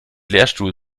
lehrstuhl